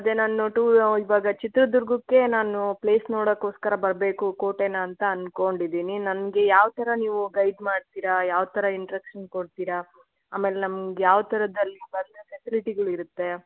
ಅದೇ ನಾನು ಟೂರ್ ಇವಾಗ ಚಿತ್ರದುರ್ಗಕ್ಕೆ ನಾನು ಪ್ಲೇಸ್ ನೋಡೋಕ್ಕೋಸ್ಕರ ಬರಬೇಕು ಕೋಟೆನ ಅಂತ ಅನ್ಕೊಂಡಿದೀನಿ ನನಗೆ ಯಾವ ಥರ ನೀವು ಗೈಡ್ ಮಾಡ್ತೀರಾ ಯಾವ ಥರ ಇಂಟ್ರಕ್ಷನ್ ಕೊಡ್ತೀರಾ ಆಮೇಲೆ ನಮ್ಗೆ ಯಾವ ಥರದಲ್ಲಿ ಬಂದರೆ ಫೆಸಿಲಿಟಿಗಳು ಇರುತ್ತೆ